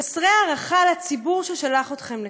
חסרי הערכה לציבור ששלח אתכם לכאן.